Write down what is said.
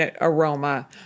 aroma